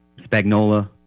Spagnola